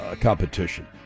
competition